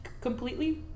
completely